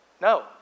No